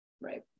right